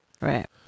Right